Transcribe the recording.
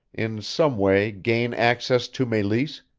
in some way gain access to meleese,